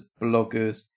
bloggers